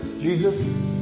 Jesus